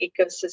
ecosystem